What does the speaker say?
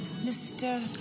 Mr